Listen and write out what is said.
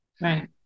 Right